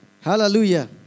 Hallelujah